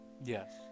Yes